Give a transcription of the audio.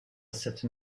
cette